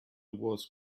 was